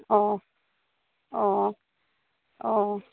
অঁ অঁ অঁ